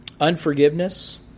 Unforgiveness